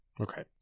Okay